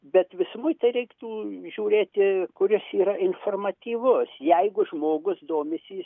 bet visumoj tai reiktų žiūrėti kuris yra informatyvus jeigu žmogus domisi